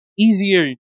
easier